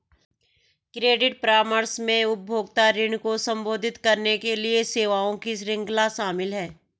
credit परामर्श में उपभोक्ता ऋण को संबोधित करने के लिए सेवाओं की श्रृंखला शामिल है